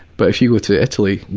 but, if you go to italy,